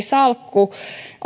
salkku